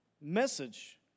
message